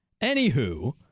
Anywho